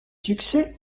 succès